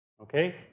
Okay